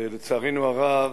ולצערנו הרב,